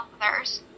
others